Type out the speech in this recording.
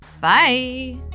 Bye